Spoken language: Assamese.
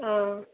অ'